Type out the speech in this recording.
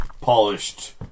polished